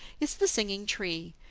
is the singing tree,